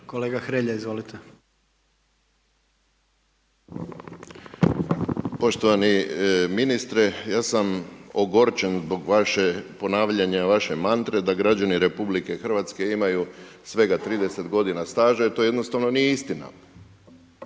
**Hrelja, Silvano (HSU)** Poštovani ministre, ja sam ogorčen zbog ponavljanja vaše mantre da građani RH imaju svega 30 godina staža, jer to jednostavno nije istina.